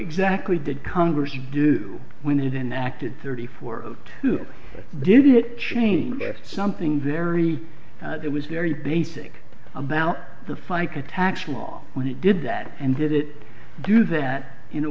exactly did congress to do when it enacted thirty four two did it change something very it was very basic about the fica tax law when it did that and did it do that in a